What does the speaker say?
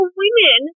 women